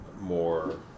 more